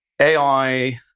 AI